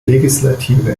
legislative